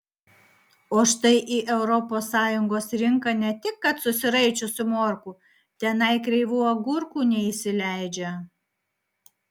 o štai į europos sąjungos rinką ne tik kad susiraičiusių morkų tenai kreivų agurkų neįsileidžia